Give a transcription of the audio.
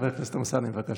חבר הכנסת אמסלם, בבקשה.